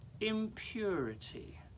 impurity